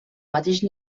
mateix